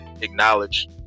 acknowledge